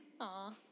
Aw